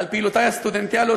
על פעילותי הסטודנטיאלית,